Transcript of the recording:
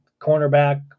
cornerback